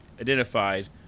Identified